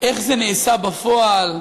איך זה נעשה בפועל,